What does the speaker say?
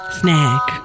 snack